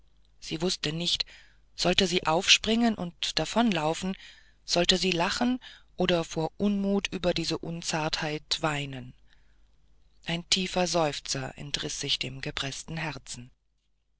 sie wußte nicht sollte sie aufspringen und davonlaufen sollte sie lachen oder vor unmut über diese unzartheit weinen ein tiefer seufzer entriß sich dem gepreßten herzen und